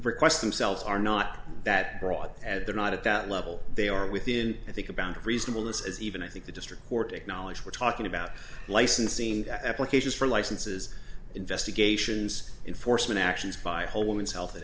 requests themselves are not that broad at they're not at that level they are within i think about a reasonable this is even i think the district court acknowledged we're talking about licensing applications for licenses investigations in foresman actions by holmes health